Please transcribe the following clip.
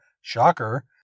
shocker